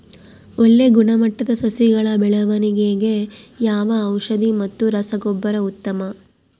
ಒಳ್ಳೆ ಗುಣಮಟ್ಟದ ಸಸಿಗಳ ಬೆಳವಣೆಗೆಗೆ ಯಾವ ಔಷಧಿ ಮತ್ತು ರಸಗೊಬ್ಬರ ಉತ್ತಮ?